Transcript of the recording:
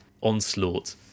onslaught